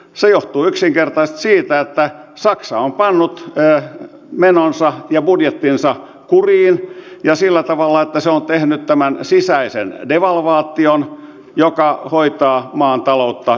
se johtuu yksinkertaisesti siitä että saksa on pannut menonsa ja budjettinsa kuriin sillä tavalla että se on tehnyt tämän sisäisen devalvaation joka hoitaa maan taloutta erinomaiseen kuntoon